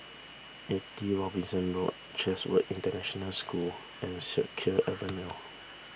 eighty Robinson Road Chatsworth International School and Siak Kew Avenue